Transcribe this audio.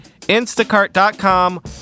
Instacart.com